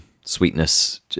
sweetness